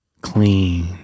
clean